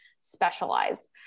specialized